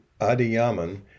Adiyaman